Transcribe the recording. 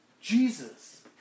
Jesus